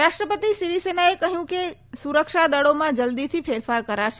રાષ્ટ્રપતિ સીરીસેનાએ કહ્યું કે સુરક્ષાદલોમાં જલદીથી ફેરફાર કરાશે